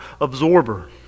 absorber